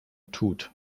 tut